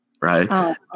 Right